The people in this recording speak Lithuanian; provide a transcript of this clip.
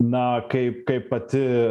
na kaip kaip pati